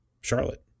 Charlotte